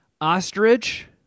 ostrich